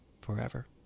forever